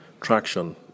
traction